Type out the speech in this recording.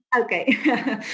Okay